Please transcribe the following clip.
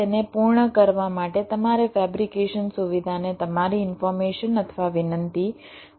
તેને પૂર્ણ કરવા માટે તમારે ફેબ્રિકેશન સુવિધાને તમારી ઈન્ફોર્મેશન અથવા વિનંતી મોકલવી પડશે